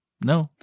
No